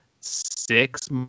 six